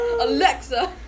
Alexa